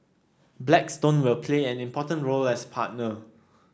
Blackstone will play an important role as partner